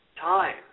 time